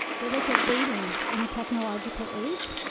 they looked at dating in the technological age,